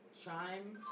Chime